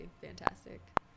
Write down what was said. fantastic